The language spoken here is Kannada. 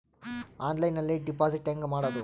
ಆನ್ಲೈನ್ನಲ್ಲಿ ಡೆಪಾಜಿಟ್ ಹೆಂಗ್ ಮಾಡುದು?